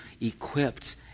equipped